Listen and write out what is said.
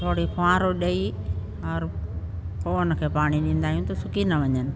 थोरी खुवांर ॾेई और पोइ उन खे पाणी ॾींदा आहियूं त सुकी न वञनि